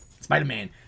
Spider-Man